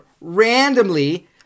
randomly